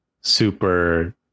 super